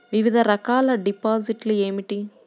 వివిధ రకాల డిపాజిట్లు ఏమిటీ?